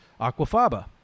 Aquafaba